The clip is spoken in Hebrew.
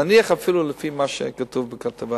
נניח אפילו לפי מה שכתוב בכתבה